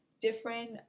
different